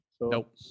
Nope